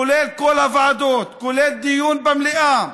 כולל כל הוועדות, כולל דיון במליאה,